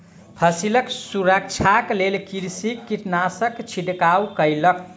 फसिलक सुरक्षाक लेल कृषक कीटनाशकक छिड़काव कयलक